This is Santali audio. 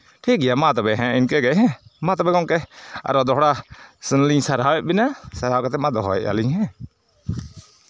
ᱴᱷᱤᱠ ᱜᱮᱭᱟ ᱢᱟ ᱛᱚᱵᱮ ᱦᱮᱸ ᱤᱱᱠᱟᱹᱜᱮ ᱦᱮᱸ ᱢᱟ ᱛᱚᱵᱮ ᱜᱚᱢᱠᱮ ᱟᱨᱚ ᱫᱚᱦᱲᱟ ᱥᱮᱱᱞᱤᱧ ᱥᱟᱨᱦᱟᱣᱮᱫ ᱵᱮᱱᱟ ᱥᱟᱨᱦᱟᱣ ᱠᱟᱛᱮᱜ ᱢᱟ ᱫᱚᱦᱚᱭᱮᱜᱼᱟ ᱞᱤᱧ ᱦᱮᱸ